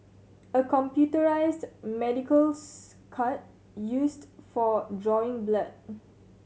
a computerised medicals cart used for drawing blood